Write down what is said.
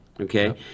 Okay